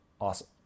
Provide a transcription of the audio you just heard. awesome